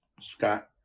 Scott